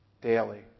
daily